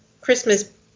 Christmas